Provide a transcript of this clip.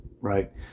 Right